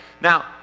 Now